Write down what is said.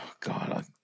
God